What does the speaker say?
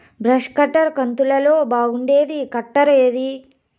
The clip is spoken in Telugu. బ్రష్ కట్టర్ కంతులలో బాగుండేది కట్టర్ ఏది?